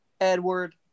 Edward